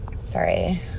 sorry